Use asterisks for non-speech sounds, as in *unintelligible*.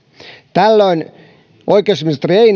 tällöin oikeusministeri ei *unintelligible*